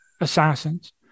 assassins